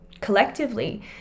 collectively